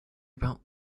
about